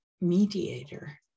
Mediator